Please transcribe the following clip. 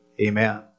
Amen